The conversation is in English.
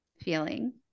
feeling